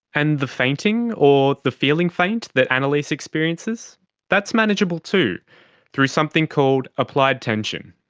and the fainting or the feeling faint that annaleise experiences that's manageable too through something called applied tension.